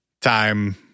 time